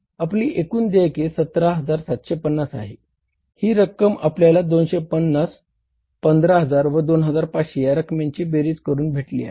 आपली एकूण देयके 17750 आहे ही रक्कम आपल्याला 250 15000 व 2500 या रकमांची बेरीज करून भेटली आहे